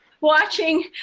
Watching